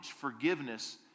Forgiveness